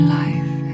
life